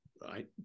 Right